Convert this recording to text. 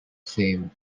saved